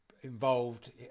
involved